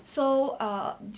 so err